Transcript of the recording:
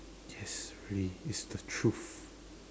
yes really it's the truth